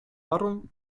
parą